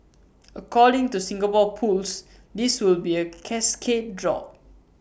according to Singapore pools this will be A cascade draw